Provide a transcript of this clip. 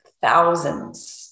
thousands